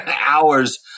hours